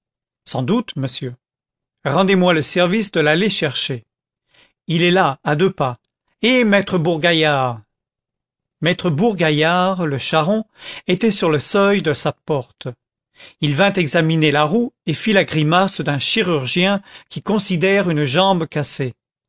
sans doute monsieur rendez-moi le service de l'aller chercher il est là à deux pas hé maître bourgaillard maître bourgaillard le charron était sur le seuil de sa porte il vint examiner la roue et fit la grimace d'un chirurgien qui considère une jambe cassée